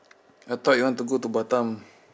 I thought you want to go to batam